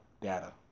data